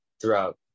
throughout